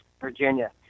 Virginia